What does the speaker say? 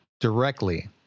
directly